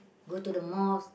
go to the mosque